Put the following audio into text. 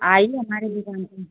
आइए हमारी दुकान पर